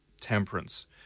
Temperance